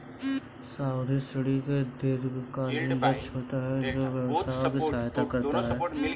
सावधि ऋण के दीर्घकालिक लक्ष्य होते हैं जो व्यवसायों की सहायता करते हैं